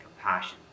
compassion